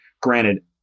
Granted